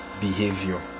behavior